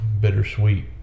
bittersweet